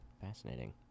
Fascinating